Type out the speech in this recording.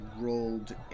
rolled